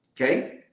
okay